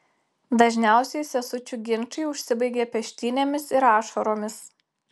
dažniausiai sesučių ginčai užsibaigia peštynėmis ir ašaromis